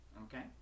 Okay